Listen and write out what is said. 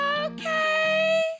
okay